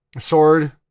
sword